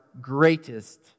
greatest